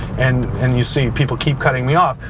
and and you see people keep cutting me off.